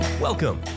Welcome